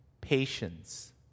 patience